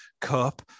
Cup